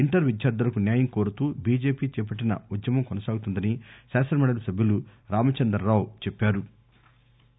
inter విద్యార్లులకు న్యాయం కోరుతూ BJP చేపట్టిన ఉద్యమం కొనసాగుతుందని శాసనమండలి సభ్యులు రామచందర్రావు చెప్పారు